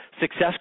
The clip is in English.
success